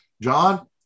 John